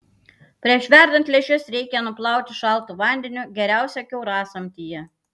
prieš verdant lęšius reikia nuplauti šaltu vandeniu geriausia kiaurasamtyje